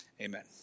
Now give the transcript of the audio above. amen